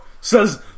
Says